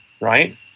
right